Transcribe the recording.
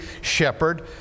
shepherd